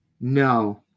No